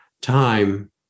time